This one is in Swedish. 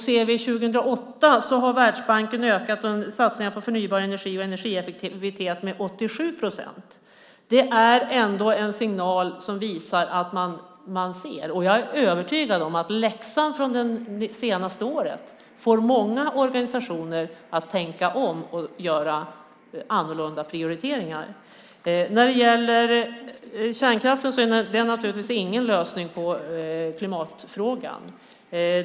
Ser vi till 2008 har Världsbanken ökat satsningarna på förnybar energi och energieffektivitet med 87 procent. Det är ändå en signal som visar att man ser. Jag är övertygad om att läxan från det senaste året får många organisationer att tänka om och göra annorlunda prioriteringar. Kärnkraften är naturligtvis ingen lösning på klimatfrågan.